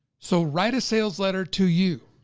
so write a sales letter to you.